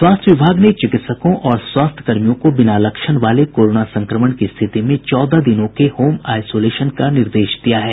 स्वास्थ्य विभाग ने चिकित्सकों और स्वास्थ्यकर्मियों को बिना लक्षण वाले कोरोना संक्रमण की स्थिति में चौदह दिनों के होम आईसोलेशन का निर्देश दिया है